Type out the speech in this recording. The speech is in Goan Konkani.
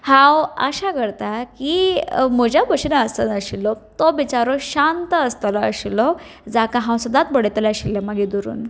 हांव आशा करतां की म्हज्या भशेन आसत आशिल्लो तो बेचारो शांत आसतलो आशिल्लो जाका हांव सदांच बडयतलें आशिल्लें मागीर धरून